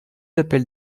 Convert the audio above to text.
appelle